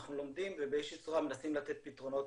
אנחנו לומדים ובאיזו שהיא צורה מנסים לתת פתרונות